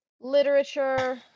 literature